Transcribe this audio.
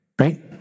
right